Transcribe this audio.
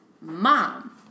mom